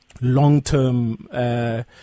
long-term